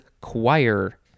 choir